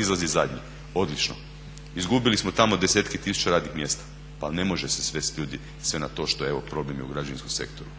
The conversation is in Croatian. izlaz je zadnji, odlično. Izgubili smo tamo desetke tisuća radnih mjesta. Ali ne može se svest ljudi sve na to što evo problem je u građevinskom sektoru.